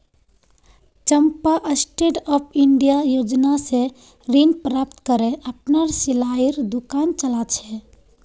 चंपा stand up India योजना स ऋण प्राप्त करे अपनार सिलाईर दुकान चला छ